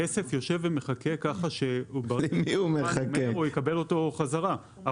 הכסף יושב ומחכה ככה שהוא יקבל אותו חזרה.